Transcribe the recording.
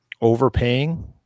overpaying